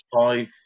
five